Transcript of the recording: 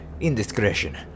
indiscretion